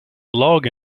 log